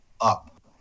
up